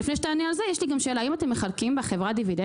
לפני שתענה על זה יש לי גם שאלה: האם אתם מחלקים בחברה דיבידנדים?